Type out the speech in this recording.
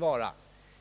Detta